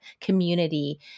community